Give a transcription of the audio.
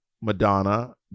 Madonna